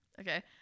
okay